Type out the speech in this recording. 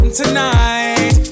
tonight